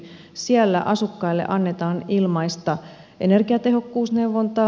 siellä asukkaille annetaan ilmaista energiatehokkuusneuvontaa